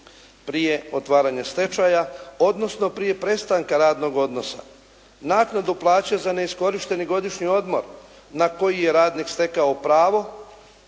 prije otvaranja stečaja odnosno prije prestanka radnog odnosa, naknadu plaće za neiskorišteni godišnji odmor na koji je radnik stekao pravo